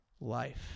life